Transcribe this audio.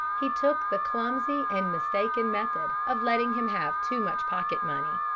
he took the clumsy and mistaken method of letting him have too much pocket-money.